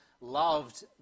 loved